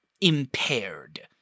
impaired